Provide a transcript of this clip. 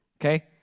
Okay